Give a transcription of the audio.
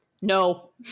no